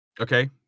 Okay